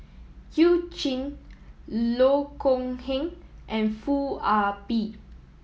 You Jin Loh Kok Heng and Foo Ah Bee